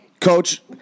Coach